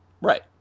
Right